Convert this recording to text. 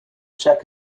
shack